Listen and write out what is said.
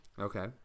Okay